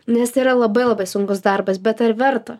nes tai yra labai labai sunkus darbas bet ar verta